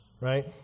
right